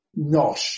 nosh